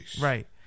Right